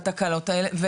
בתקלות האלה,